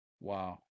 Wow